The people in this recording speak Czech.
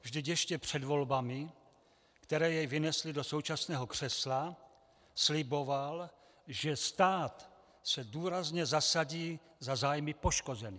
Vždyť ještě před volbami, které jej vynesly do současného křesla, sliboval, že stát se důrazně zasadí za zájmy poškozených.